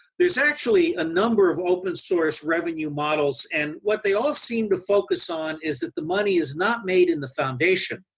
there's actually a number of open source revenue models and what they all seem to focus on is that the money is not made in the foundation,